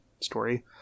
story